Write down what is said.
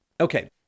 Okay